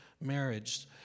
marriage